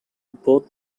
both